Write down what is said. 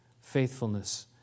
faithfulness